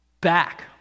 back